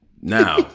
now